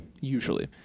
usually